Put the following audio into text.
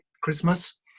Christmas